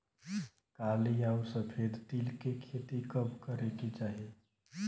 काली अउर सफेद तिल के खेती कब करे के चाही?